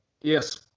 Yes